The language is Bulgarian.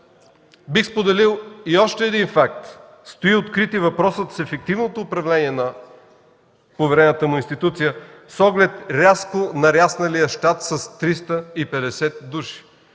Бих споделил и още един факт. Стои открит и въпросът с ефективното управление на поверената му институция с оглед рязко нарасналия щат с 350 души.